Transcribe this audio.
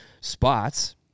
spots